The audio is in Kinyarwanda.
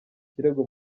kirego